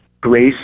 grace